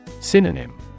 Synonym